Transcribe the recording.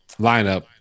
lineup